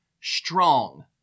strong